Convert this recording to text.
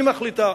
היא מחליטה.